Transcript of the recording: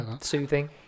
Soothing